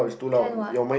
can what